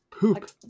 Poop